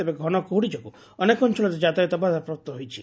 ତେବେ ଘନ କୁହୁଡି ଯୋଗୁଁ ଅନେକ ଅଞ୍ଞଳରେ ଯାତାୟାତ ବାଧାପ୍ରାପ୍ତ ହୋଇଛି